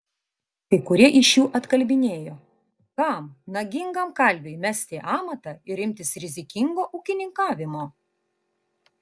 kai kurie iš jų atkalbinėjo kam nagingam kalviui mesti amatą ir imtis rizikingo ūkininkavimo